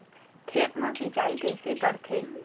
खेत मा सिंचाई कइसे करथे?